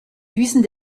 düsen